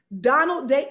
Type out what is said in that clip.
Donald